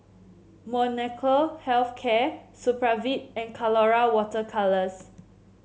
Molnylcke Health Care Supravit and Colora Water Colours